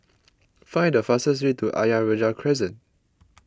find the fastest way to Ayer Rajah Crescent